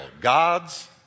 God's